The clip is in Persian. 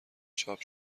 چاپ